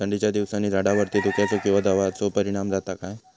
थंडीच्या दिवसानी झाडावरती धुक्याचे किंवा दवाचो परिणाम जाता काय?